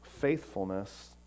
faithfulness